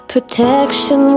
protection